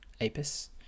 Apis